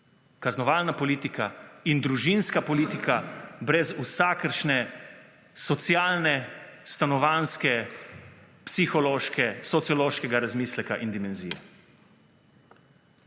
Kaznovalna politika in družinska politika brez vsakršne socialne, stanovanjske, psihološke, sociološkega razmisleka in dimenzije.